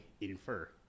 infer